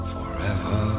Forever